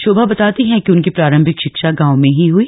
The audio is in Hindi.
भाोभा बताती है कि उनकी प्रारंभिक शिक्षा गांव में ही हुई